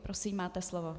Prosím, máte slovo.